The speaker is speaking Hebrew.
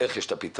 איך יש פתרון?